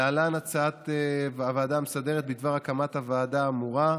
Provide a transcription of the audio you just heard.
להלן הצעת הוועדה המסדרת בדבר הקמת הוועדה האמורה.